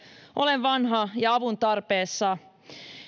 olen vanha ja avun tarpeessa